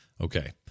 Okay